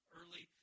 early